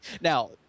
Now